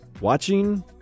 watching